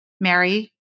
Mary